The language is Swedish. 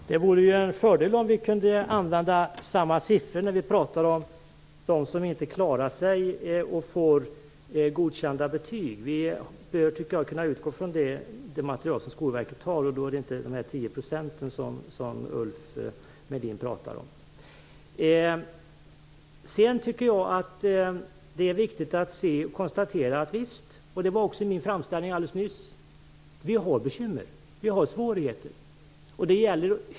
Fru talman! Det vore en fördel om vi kunde använda samma siffror när vi pratar om dem som inte klarar sig och inte får godkända betyg. Jag tycker att vi bör kunna utgå från det material som Skolverket har, och då är det inte fråga om 10 %, som Ulf Melin pratar om. Det är viktigt att konstatera att vi har bekymmer och svårigheter. Javisst, det hade jag med i min framställning alldeles nyss.